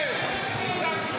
ראש אכ"א לא אמר את זה?